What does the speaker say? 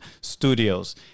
studios